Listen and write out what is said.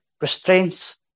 restraints